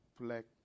black